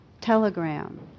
telegram